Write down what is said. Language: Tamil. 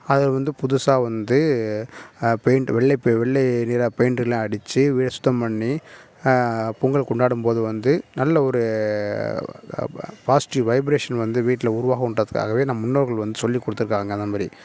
அது வந்து புதுசாக வந்து பெயிண்ட் வெள்ளை பெ வெள்ளை ரியலாக பெயிண்ட் எல்லாம் அடிச்சு வீடை சுத்தம் பண்ணி பொங்கல் கொண்டாடும்போது வந்து நல்ல ஒரு பாஸ்ட்டிவ் வைப்ரேஷன் வந்து வீட்டில் உருவாகுன்றத்துக்காகவே நம் முன்னோர்கள் வந்து சொல்லி கொடுத்துருக்காங்க அந்தமாரி